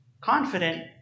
confident